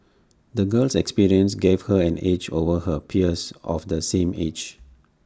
the girl's experiences gave her an edge over her peers of the same age